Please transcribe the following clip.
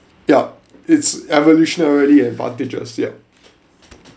yup it's evolutionarily advantages yup